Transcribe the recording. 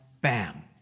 bam